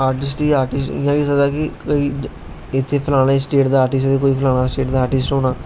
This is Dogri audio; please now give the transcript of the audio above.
आर्टिस्ट इयां होई सकदा कि इत्थै फलानी स्टेट दा आर्टिस्ट ते कोई फलानी स्टेट दा आर्टिस्ट होना